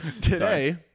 Today